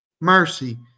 Mercy